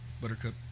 Buttercup